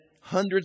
hundreds